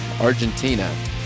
Argentina